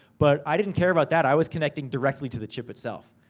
but, i didn't care about that, i was connecting directly to the chip itself.